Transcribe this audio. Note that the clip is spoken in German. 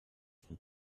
von